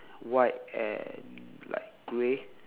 white and light grey